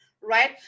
right